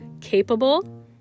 capable